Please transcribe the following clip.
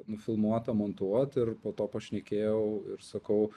nufilmuotą montuot ir po to pašnekėjau ir sakau